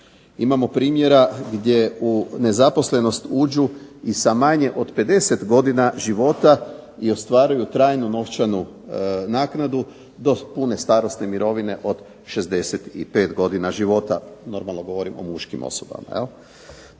Imamo primjera gdje u nezaposlenost uđu i sa manje od 50 godina života i ostvaruju trajnu novčanu naknadu do pune starosne mirovine od 65 godina života. Normalno govorim o muškim osobama